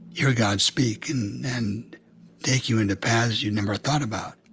hear god speak, and and take you into paths you never thought about